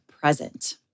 present